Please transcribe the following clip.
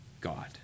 God